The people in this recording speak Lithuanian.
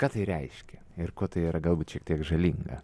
ką tai reiškia ir kuo tai yra galbūt šiek tiek žalinga